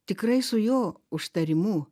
tikrai su jo užtarimu